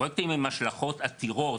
פרויקטים עם השלכות עתירות.